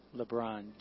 LeBron